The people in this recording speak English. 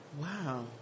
Wow